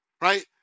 right